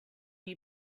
you